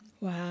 Wow